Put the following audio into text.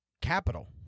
capital